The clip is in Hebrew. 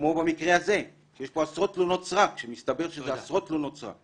כמו במקרה הזה שיש בו עשרות תלונות סרק כשמסתבר שזה עשרות תלונות סרק?